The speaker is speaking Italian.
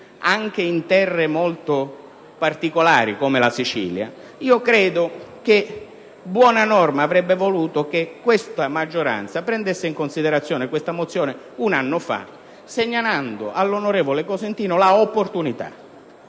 anche in terre molto particolari, come la Sicilia. Io credo che buona norma avrebbe voluto che questa maggioranza avesse preso in considerazione questa mozione un anno fa, segnalando all'onorevole Cosentino l'opportunità